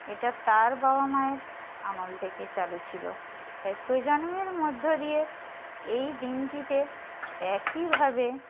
এটা তার বাবা মায়ের আমল থেকে চালু ছিল তাই প্রজন্মের মধ্য দিয়ে এই দিনটিতে একইভাবে